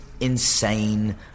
insane